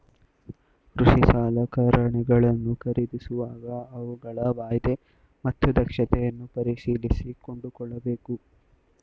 ಕೃಷಿ ಸಲಕರಣೆಗಳನ್ನು ಖರೀದಿಸುವಾಗ ಅವುಗಳ ವಾಯ್ದೆ ಮತ್ತು ದಕ್ಷತೆಯನ್ನು ಪರಿಶೀಲಿಸಿ ಕೊಂಡುಕೊಳ್ಳಬೇಕು